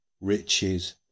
riches